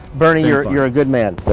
bernie you're you're a good man.